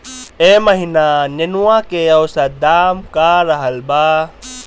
एह महीना नेनुआ के औसत दाम का रहल बा?